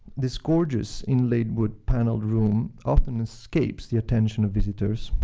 this gorgeous, inlaid wood-paneled room often escapes the attention of visitors,